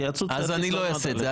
אז אני לא יעשה את זה.